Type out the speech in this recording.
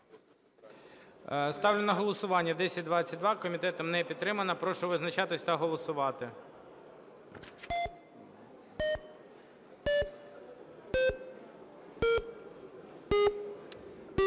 Ставлю на голосування 1022. Комітетом не підтримана. Прошу визначатися та голосувати.